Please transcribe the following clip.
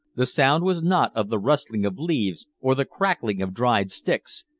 the sound was not of the rustling of leaves or the crackling of dried sticks,